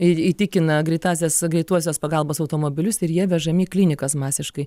ir įtikina greitąsias greituosios pagalbos automobilius ir jie vežami į klinikas masiškai